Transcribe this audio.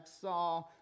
Saw